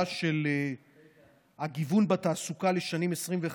של הגיוון בתעסוקה לשנים 2022-2021,